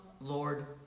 Lord